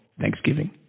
Thanksgiving